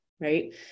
right